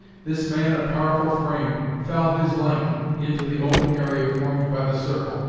this man of powerful frame fell his length into the open area formed by the circle,